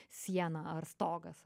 siena ar stogas